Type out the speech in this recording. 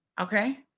Okay